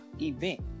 event